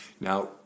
Now